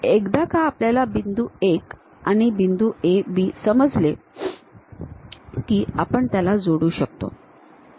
एकदा का आपल्या बिंदू 1 आणि बिंदू AB समजले की आपण त्याला जोडू शकतो